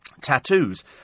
tattoos